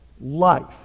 life